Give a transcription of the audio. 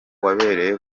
wabereye